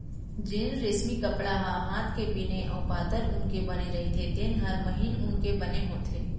जेन रेसमी कपड़ा ह हात के बिने अउ पातर ऊन के बने रइथे तेन हर महीन ऊन के बने होथे